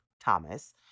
Thomas